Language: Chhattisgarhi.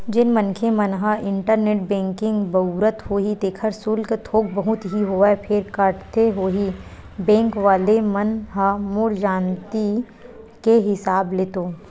जेन मनखे मन ह इंटरनेट बेंकिग बउरत होही तेखर सुल्क थोक बहुत ही होवय फेर काटथे होही बेंक वले मन ह मोर जानती के हिसाब ले तो